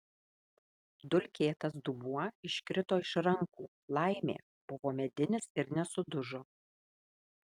dulkėtas dubuo iškrito iš rankų laimė buvo medinis ir nesudužo